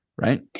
Right